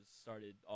started